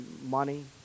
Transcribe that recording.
money